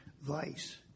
vice